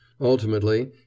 Ultimately